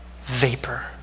vapor